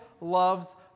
loves